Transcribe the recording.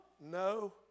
No